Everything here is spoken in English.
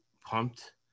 pumped